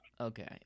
Okay